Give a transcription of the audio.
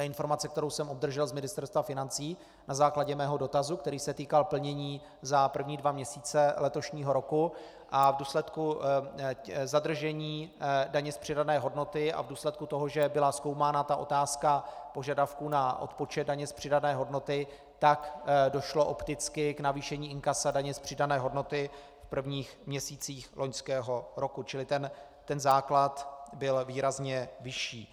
Informace, kterou jsem obdržel z Ministerstva financí na základě svého dotazu, který se týkal plnění za první dva měsíce letošního roku, a v důsledku zadržení daně z přidané hodnoty a v důsledku toho, že byla zkoumána otázka požadavků na odpočet daně z přidané hodnoty, tak došlo opticky k navýšení inkasa daně z přidané hodnoty v prvních měsících loňského roku, čili ten základ byl výrazně vyšší.